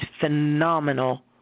phenomenal